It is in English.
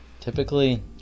Typically